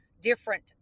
different